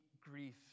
grief